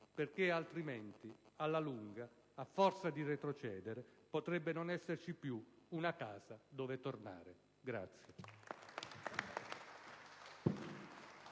perché altrimenti, alla lunga, a forza di retrocedere, potrebbe non esserci più una casa dove tornare.